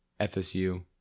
fsu